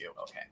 Okay